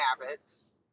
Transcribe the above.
habits